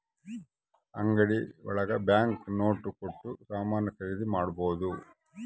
ಅಂಗಡಿ ಒಳಗ bank note ಕೊಟ್ಟು ಸಾಮಾನ್ ಖರೀದಿ ಮಾಡ್ಬೋದು